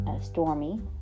Stormy